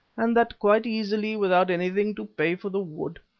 and that quite easily without anything to pay for the wood.